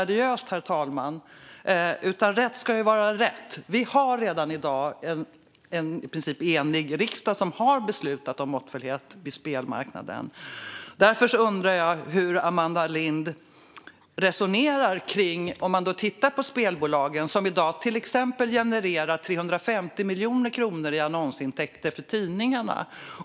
Rätt ska vara rätt. Vi har redan i dag en i princip enig riksdag som har beslutat om måttfullhet när det gäller spelmarknaden. Därför undrar jag hur Amanda Lind resonerar kring detta. Till exempel genererar spelbolagen 350 miljoner kronor i annonsintäkter för tidningarna.